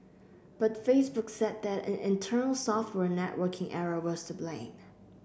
but Facebook said that an internal software networking error was to blame